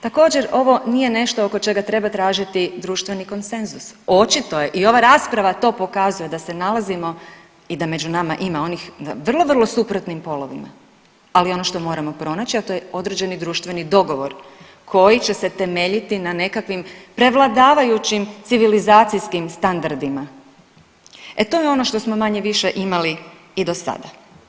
Također ovo nije nešto oko čega treba tražiti društveni konsenzus, očito je i ova rasprava to pokazuje da se nalazimo i da među nama ima onih vrlo vrlo suprotnim polovima, ali ono što moramo pronaći, a to je određeni društveni dogovor koji će se temeljiti na nekakvim prevladavajućim civilizacijskim standardima, e to je ono što smo manje-više imali i do sada.